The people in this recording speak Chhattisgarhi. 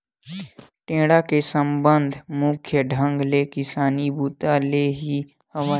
टेंड़ा के संबंध मुख्य ढंग ले किसानी बूता ले ही हवय